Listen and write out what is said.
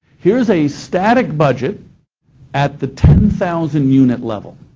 here's a static budget at the ten thousand unit level,